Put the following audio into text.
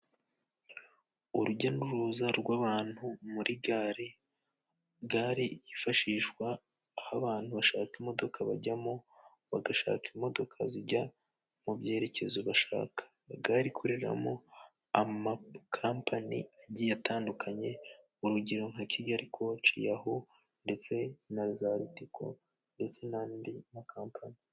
Urujya n'uruza rw'abantu muri gare. Gare yifashishwa aho abantu bashaka imodoka bajyamo bagashaka imodoka zijya mu byerekezo bashaka. Gare ikoreramo amakampani agiye atandukanye. Urugero nka kigali koci, ndetse na za ritiko, ndetse n'andi ma kampani.